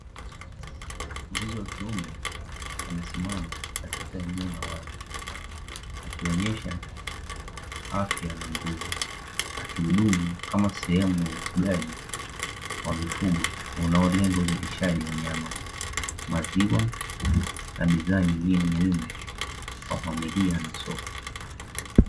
Mbuzi wa kiume wamesimama katika eneo la wazi, akionyesha afya na nguvu akihudumu kama sehemu ya ufugaji wa mifugo, unaolenga uzalishaji wa nyama, maziwa na bidhaa nyingine muhimu kwa familia na soko.